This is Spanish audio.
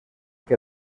que